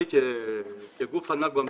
אני כגוף ענק במדינה,